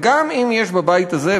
וגם אם יש בבית הזה,